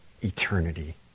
eternity